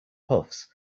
puffs